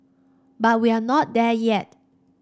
but we're not there yet